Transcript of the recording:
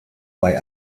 bei